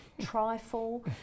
trifle